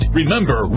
remember